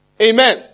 Amen